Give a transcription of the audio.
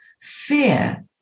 fear